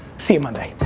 see you monday.